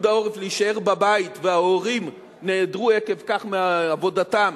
העורף להישאר בבית וההורים נעדרו עקב כך מעבודתם,